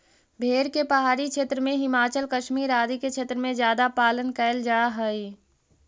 भेड़ के पहाड़ी क्षेत्र में, हिमाचल, कश्मीर आदि क्षेत्र में ज्यादा पालन कैल जा हइ